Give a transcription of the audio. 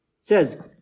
says